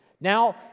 Now